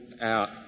out